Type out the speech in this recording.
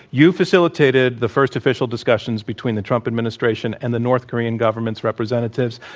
you facilitated the first official discussions between the trump administration and the north korean government's representatives.